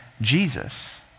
Jesus